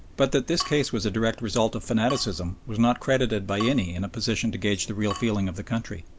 but that this case was a direct result of fanaticism was not credited by any in a position to gauge the real feeling of the country.